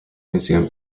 museum